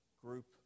group